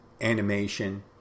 animation